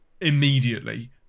immediately